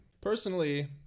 Personally